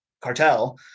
cartel